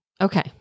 Okay